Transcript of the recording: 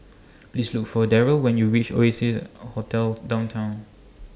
Please Look For Darryle when YOU REACH Oasia Hotel Downtown